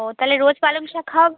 ও তাহলে রোজ পালং শাক খাওয়াবো